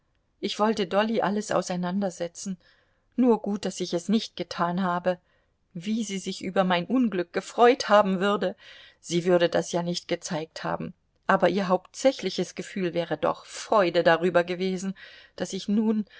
ich wollte dolly alles auseinandersetzen nur gut daß ich es nicht getan habe wie sie sich über mein unglück gefreut haben würde sie würde das ja nicht gezeigt haben aber ihr hauptsächliches gefühl wäre doch freude darüber gewesen daß ich nun